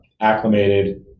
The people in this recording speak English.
acclimated